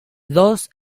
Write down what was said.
dos